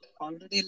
already